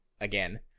again